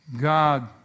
God